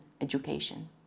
education